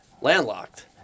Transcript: landlocked